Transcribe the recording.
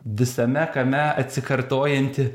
visame kame atsikartojanti